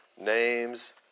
name's